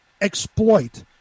exploit